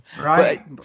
Right